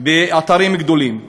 באתרים גדולים.